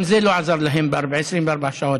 וגם זה לא עזר להם ב-24 שעות.